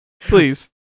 Please